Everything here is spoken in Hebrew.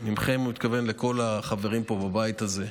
מכם, ב"מכם" הוא התכוון לכל החברים פה בבית הזה,